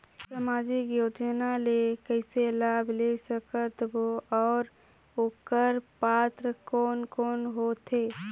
समाजिक योजना ले कइसे लाभ ले सकत बो और ओकर पात्र कोन कोन हो थे?